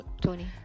Tony